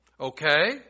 okay